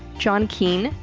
john keane,